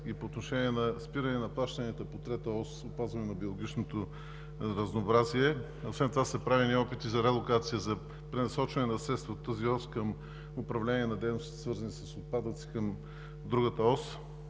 и по отношение на спиране на плащанията по трета ос – опазване на биологичното разнообразие. Освен това са правени опити за релокация, за пренасочване на средства от тази ос към управление на дейностите, свързани с отпадъци, към другата ос.